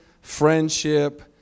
friendship